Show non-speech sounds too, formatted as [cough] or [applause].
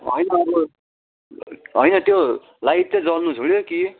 होइन अब [unintelligible] होइन त्यो लाइट चाहिँ जल्नु छोड्यो कि